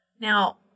Now